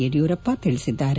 ಯಡಿಯೂರಪ್ಪ ತಿಳಿಸಿದ್ದಾರೆ